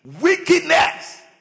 Wickedness